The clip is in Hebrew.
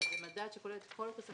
שזה מדד שכולל את כל תוספות השכר.